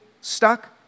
stuck